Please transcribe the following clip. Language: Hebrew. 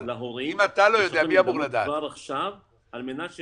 להורים -- מי אמור לדעת איך זה עובד בפועל?